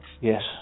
yes